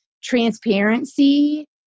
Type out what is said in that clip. transparency